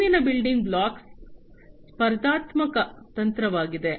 ಮುಂದಿನ building block ಸ್ಪರ್ಧಾತ್ಮಕ ತಂತ್ರವಾಗಿದೆ